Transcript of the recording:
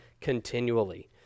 continually